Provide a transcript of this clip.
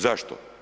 Zašto?